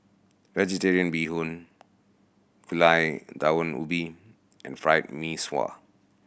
Vegetarian Bee Hoon Gulai Daun Ubi and Fried Mee Sua